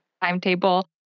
timetable